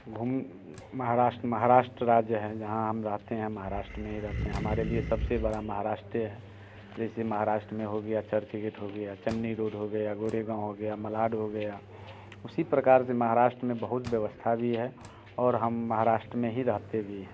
घूम महाराष्ट्र महाराष्ट्र राज्य है जहाँ हम रहते हैं महाराष्ट्र में ही रहते हैं हमारे लिए सबसे बड़ा महाराष्ट्र है जैसे महाराष्ट्र में हो गया चर्च गेट हो गया चन्नी रोड हो गया गोरेगांव हो गया मलाड हो गया उसी प्रकार से महाराष्ट्र में बहुत व्यवस्था भी है और हम महाराष्ट्र में ही रहते भी हैं